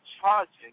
charging